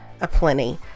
aplenty